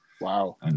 Wow